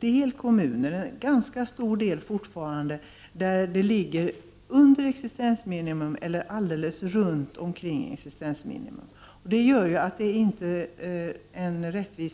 finns fortfarande en ganska stor del kommuner där nivån på socialbidragen ligger under existensminimum eller alldeles vid existensminimum. Fördelningen över landet är alltså inte rättvis.